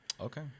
Okay